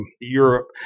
Europe